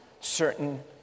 certain